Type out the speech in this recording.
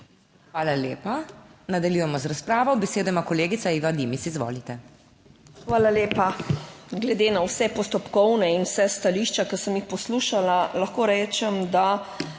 Hvala lepa. Nadaljujemo z razpravo. Besedo ima kolegica Iva Dimic. Izvolite. IVA DIMIC (PS NSi): Hvala lepa. Glede na vse postopkovne in vsa stališča, ki sem jih poslušala, lahko rečem, da